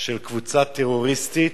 של קבוצה טרוריסטית,